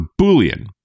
Boolean